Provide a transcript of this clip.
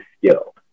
skill